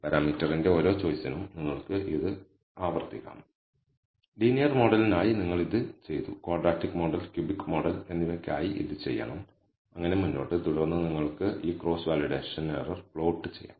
പാരാമീറ്ററിന്റെ ഓരോ ചോയിസിനും നിങ്ങൾക്ക് ഇത് ആവർത്തിക്കാം ലീനിയർ മോഡലിനായി നിങ്ങൾ ഇത് ചെയ്തു ക്വാഡ്രാറ്റിക് മോഡൽ ക്യൂബിക് മോഡൽ എന്നിവക്കായി ഇത് ചെയ്യണം അങ്ങനെ മുന്നോട്ട് തുടർന്ന് നിങ്ങൾക്ക് ഈ ക്രോസ് വാലിഡേഷൻ എറർ പ്ലോട്ട് ചെയ്യാം